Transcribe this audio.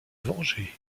venger